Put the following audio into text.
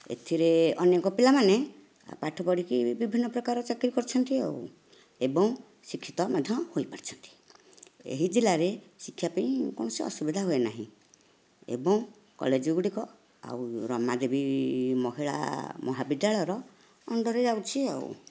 ଏଥିରେ ଅନେକ ପିଲା ମାନେ ପାଠ ପଢ଼ିକି ବିଭିନ୍ନପ୍ରକାର ଚାକିରି କରିଛନ୍ତି ଆଉ ଏବଂ ଶିକ୍ଷିତ ମଧ୍ୟ ହୋଇପାରିଛନ୍ତି ଏହି ଜିଲ୍ଲାରେ ଶିଖିବାପାଇଁ କୌଣସି ଅସୁବିଧା ହୁଏ ନାହିଁ ଏବଂ କଲେଜ ଗୁଡ଼ିକ ଆଉ ରମାଦେବୀ ମହିଳା ମହାବିଦ୍ୟାଳୟର ଅଣ୍ଡରରେ ଯାଉଛି ଆଉ